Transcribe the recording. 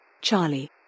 Charlie